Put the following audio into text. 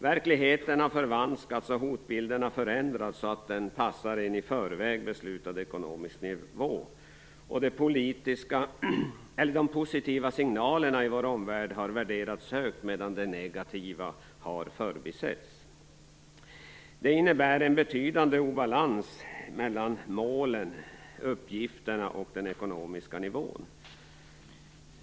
Verkligheten har förvanskats och hotbilden har ändrats så att den passar en i förväg beslutad ekonomisk nivå. De positiva signalerna i vår omvärld har värderats högre medan det negativa har förbisetts. Det innebär en betydande obalans mellan målen, uppgifterna och den ekonomiska nivån.